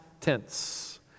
tense